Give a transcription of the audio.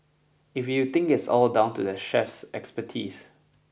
if you think it's all down to the chef's expertise